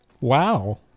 Wow